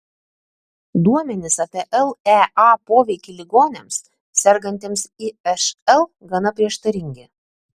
duomenys apie lea poveikį ligoniams sergantiems išl gana prieštaringi